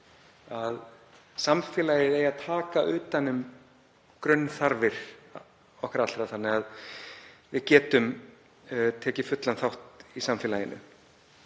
að samfélagið eigi að taka utan um grunnþarfir okkar allra þannig að við getum tekið fullan þátt í samfélaginu.